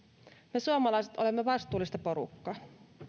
me suomalaiset olemme vastuullista porukkaa